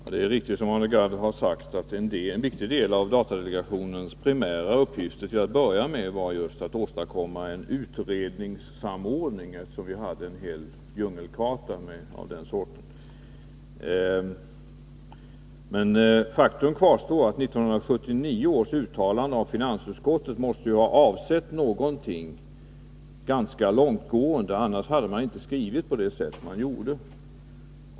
Fru talman! Det är riktigt, som Arne Gadd har sagt, att en viktig del av datadelegationens primära uppgifter till att börja med var just att åstadkomma en utredningssamordning, eftersom vi hade en hel djungel av utredningar på området. Men faktum kvarstår att 1979 års uttalande av finansutskottet måste ha avsett någonting ganska långtgående — annars hade man inte skrivit så som man gjorde.